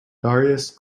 darius